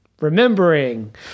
remembering